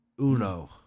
Uno